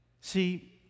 See